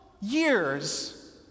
years